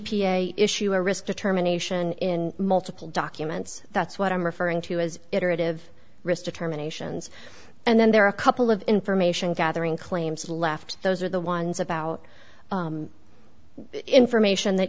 a issue or risk determination in multiple documents that's what i'm referring to as iterative risk determinations and then there are a couple of information gathering claims left those are the ones about information that